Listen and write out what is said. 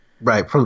Right